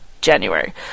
january